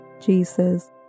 Jesus